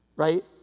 Right